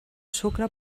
sucre